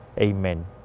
amen